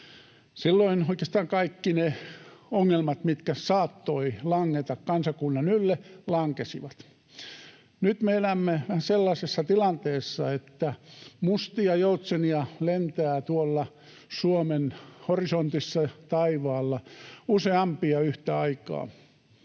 Silloin oikeastaan kaikki ne ongelmat, mitkä saattoivat langeta kansakunnan ylle, lankesivat. Nyt me elämme sellaisessa tilanteessa, että mustia joutsenia lentää tuolla Suomen horisontissa taivaalla useampia yhtä aikaa.